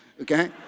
Okay